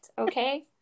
okay